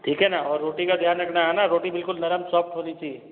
ठीक है ना और रोटी का ध्यान रखना है नारोटी बिल्कुल नरम सॉफ्ट होनी चाहिए